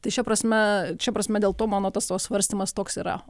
tai šia prasme šia prasme dėl to mano tas pasvarstymas toks yra